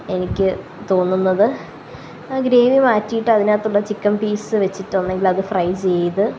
എനിക്ക് തോന്നുന്നത് ആ ഗ്രേവി മാറ്റിയിട്ട് അതിനകത്തുള്ള ചിക്കന് പീസ്സ് വച്ചിട്ട് ഒന്നുകിലത് ഫ്രൈ ചെയ്ത്